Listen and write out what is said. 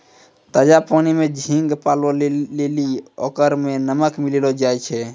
ताजा पानी में झींगा पालै लेली ओकरा में नमक मिलैलोॅ जाय छै